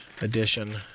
edition